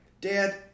dad